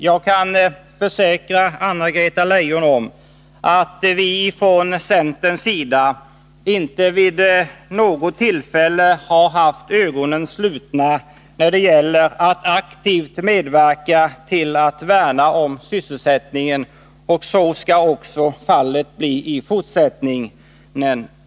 Jag kan försäkra Anna-Greta Leijon att vi i centern inte vid något tillfälle har haft ögonen slutna när det gällt att aktivt medverka till att värna om sysselsättningen. Så skall fallet bli också i fortsättningen.